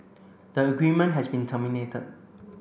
the agreement has been terminated